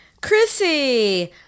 Chrissy